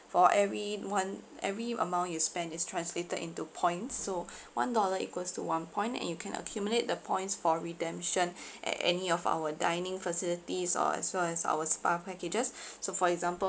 for every one every amount you spend is translated into points so one dollar equals to one point and you can accumulate the points for redemption at any of our dining facilities or as well as our spa packages so for example